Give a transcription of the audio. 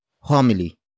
homily